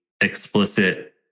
explicit